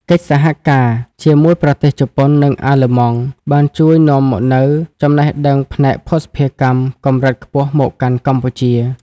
កិច្ចសហការជាមួយប្រទេសជប៉ុន និងអាល្លឺម៉ង់ បានជួយនាំមកនូវ "ចំណេះដឹងផ្នែកភស្តុភារកម្ម" កម្រិតខ្ពស់មកកាន់កម្ពុជា។